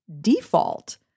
default